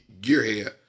gearhead